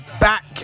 back